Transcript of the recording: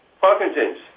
Parkinson's